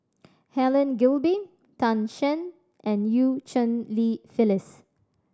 Helen Gilbey Tan Shen and Eu Cheng Li Phyllis